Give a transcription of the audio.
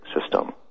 system